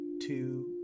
two